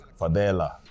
Fadela